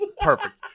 perfect